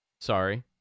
Sorry